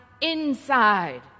inside